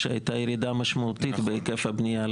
שהייתה ירידה משמעותית בהיקף הבנייה.